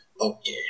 Okay